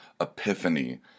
epiphany